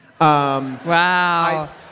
Wow